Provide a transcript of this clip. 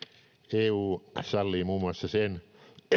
eu sallii muun muassa sen